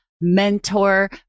mentor